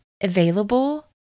available